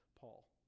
Paul